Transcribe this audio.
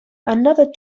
another